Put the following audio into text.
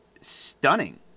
stunning